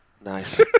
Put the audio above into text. Nice